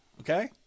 okay